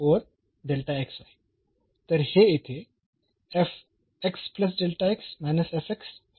तर हे येथे आहे